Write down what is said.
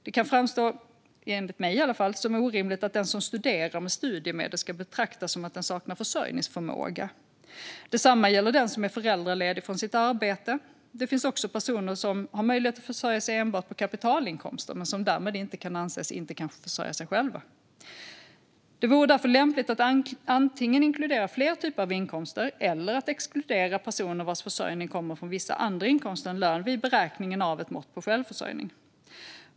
Det kan framstå - i alla fall enligt mig - som orimligt att den som studerar med studiemedel ska betraktas som att den saknar försörjningsförmåga. Detsamma gäller den som är föräldraledig från sitt arbete. Det finns också personer som har möjlighet att försörja sig enbart på kapitalinkomster men som därmed inte kan anses inte kunna försörja sig själva. Det vore därför lämpligt att antingen inkludera fler typer av inkomster eller exkludera personer vars försörjning kommer från vissa andra inkomster än lön vid beräkningen av ett mått på självförsörjning.